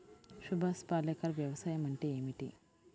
సుభాష్ పాలేకర్ వ్యవసాయం అంటే ఏమిటీ?